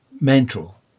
mental